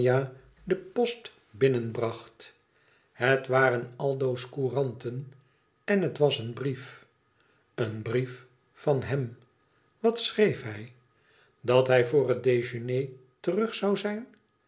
de post binnenbracht het waren aldo's couranten en het was een brief een brief van hem wat schreef hij dat hij voor het dejeuner terug zou zijn